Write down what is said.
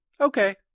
okay